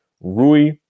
Rui